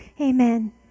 Amen